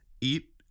eat